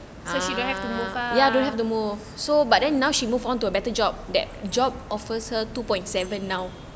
so she don't have to move